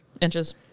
inches